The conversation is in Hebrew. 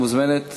מוזמנת